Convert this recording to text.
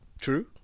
True